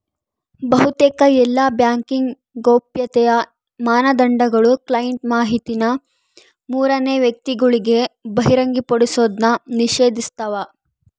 ಬಹುತೇಕ ಎಲ್ಲಾ ಬ್ಯಾಂಕಿಂಗ್ ಗೌಪ್ಯತೆಯ ಮಾನದಂಡಗುಳು ಕ್ಲೈಂಟ್ ಮಾಹಿತಿನ ಮೂರನೇ ವ್ಯಕ್ತಿಗುಳಿಗೆ ಬಹಿರಂಗಪಡಿಸೋದ್ನ ನಿಷೇಧಿಸ್ತವ